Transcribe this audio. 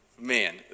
Man